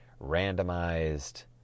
randomized